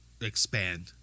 expand